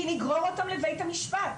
כי נגרור אותם לבית המשפט,